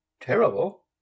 Terrible